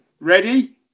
ready